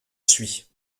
suis